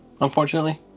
unfortunately